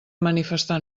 manifestar